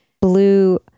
blue